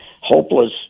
hopeless